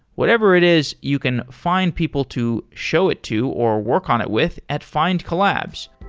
whatever it is, you can find people to show it to or work on it with, at findcollabs.